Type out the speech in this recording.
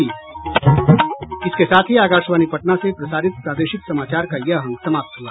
इसके साथ ही आकाशवाणी पटना से प्रसारित प्रादेशिक समाचार का ये अंक समाप्त हुआ